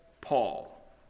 Paul